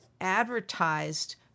advertised